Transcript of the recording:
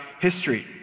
history